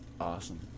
awesome